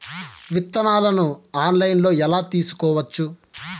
విత్తనాలను ఆన్లైన్లో ఎలా తీసుకోవచ్చు